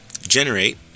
generate